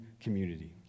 community